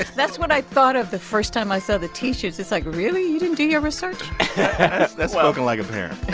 that's what i thought of the first time i saw the t-shirts. it's like, really? you didn't do your research that's spoken like a parent